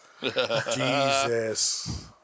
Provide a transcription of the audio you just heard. Jesus